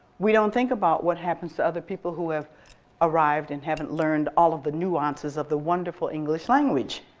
we don't think about what happens to other people who have arrive and haven't learned all of the nuances of the wonderful english language.